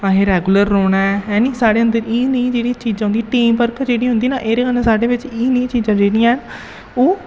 असें रैगुलर रौह्ना ऐ है नी साढ़े अन्दर एह् नेही जेह्ड़ियां चीजां औंदियां टीम वर्क जेह्ड़ी होंदी ना एह्दे कन्नै साढ़े अंदर एह् नेही चीजां जेह्ड़ियां हैन ओह्